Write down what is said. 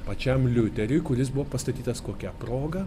pačiam liuteriui kuris buvo pastatytas kokia proga